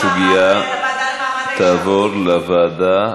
הסוגיה תעבור לוועדה,